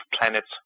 Planets